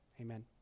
Amen